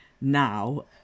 now